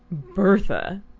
bertha!